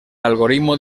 algoritmo